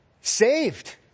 saved